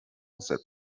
that